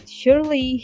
surely